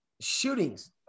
Shootings